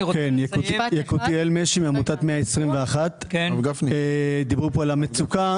אני מעמותת 121. דיברו פה על המצוקה.